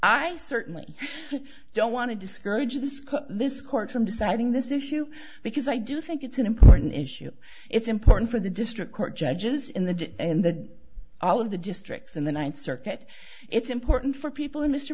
i certainly don't want to discourage this cut this court from deciding this issue because i do think it's an important issue it's important for the district court judges in the in the all of the districts in the ninth circuit it's important for people